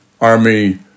Army